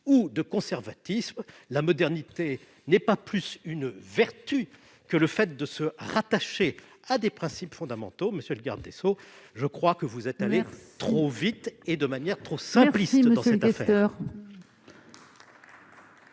ou de conservatisme ; la modernité n'est pas plus une vertu que le fait de se rattacher à des principes fondamentaux. Monsieur le garde des sceaux, vous êtes allé trop vite et de manière trop simpliste dans cette affaire.